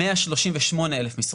138,000 משרות.